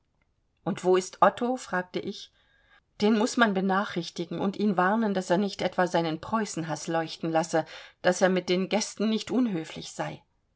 und wo ist otto fragte ich den muß man benachrichtigen und ihn warnen daß er nicht etwa seinen preußenhaß leuchten lasse daß er mit den gästen nicht unhöflich sei